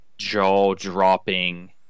jaw-dropping